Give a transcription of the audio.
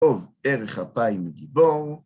טוב ארך אפיים מגיבור